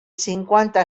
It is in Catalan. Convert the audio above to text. cinquanta